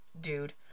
dude